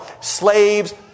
slaves